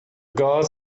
gods